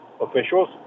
officials